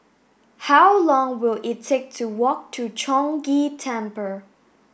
how long will it take to walk to Chong Ghee Temple